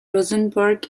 rosenberg